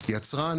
יצרן,